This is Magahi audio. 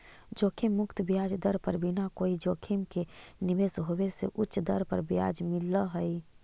जोखिम मुक्त ब्याज दर पर बिना कोई जोखिम के निवेश होवे से उच्च दर पर ब्याज मिलऽ हई